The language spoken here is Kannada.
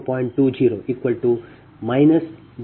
4169 0